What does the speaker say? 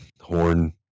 horn